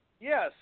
Yes